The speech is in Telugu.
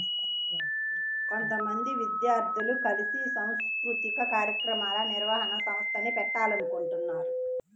కొంతమంది విద్యార్థులు కలిసి సాంస్కృతిక కార్యక్రమాల నిర్వహణ సంస్థని పెట్టాలనుకుంటన్నారు